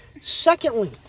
Secondly